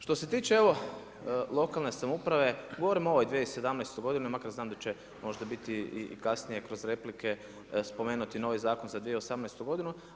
Što se tiče evo lokalne samouprave, govorim o ovoj 2017. godini makar znam da će možda biti i kasnije kroz replike spomenut i novi Zakon za 2018. godinu.